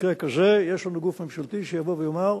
במקרה כזה יש לנו גוף ממשלתי שיבוא ויאמר: